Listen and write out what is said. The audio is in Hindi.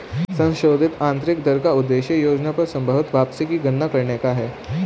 संशोधित आंतरिक दर का उद्देश्य योजना पर संभवत वापसी की गणना करने का है